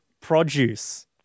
produce